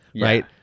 Right